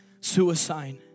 suicide